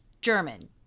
German